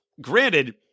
granted